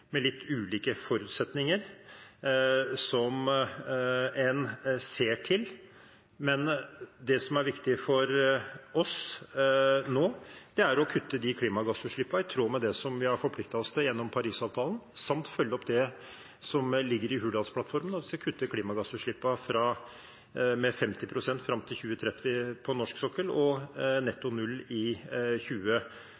med litt ulike forutsetninger som en ser til. Men det som er viktig for oss nå, er å kutte klimagassutslippene i tråd med det vi har forpliktet oss til gjennom Parisavtalen, og å følge opp det som ligger i Hurdalsplattformen: at vi skal kutte klimagassutslippene på norsk sokkel med 50 pst. fram til 2030,